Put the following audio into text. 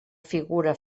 figura